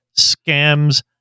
scams